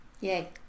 Yay